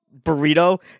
burrito